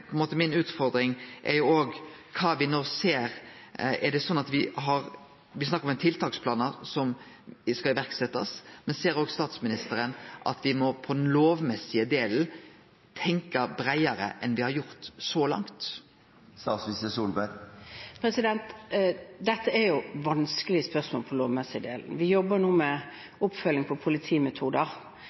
er mi utfordring òg det som me no ser. Me snakkar om tiltaksplanar som skal setjast i verk, men ser òg statsministeren at me må, på den lovmessige delen, tenkje breiare enn det me har gjort så langt? Dette er vanskelige spørsmål med tanke på den lovmessige delen. Vi jobber nå med oppfølging